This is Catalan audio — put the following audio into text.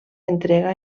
entrega